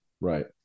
Right